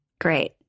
Great